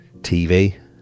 TV